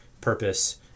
purpose